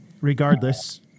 Regardless